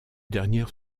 dernières